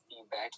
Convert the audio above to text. feedback